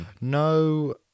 No